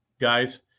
guys